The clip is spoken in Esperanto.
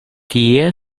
tie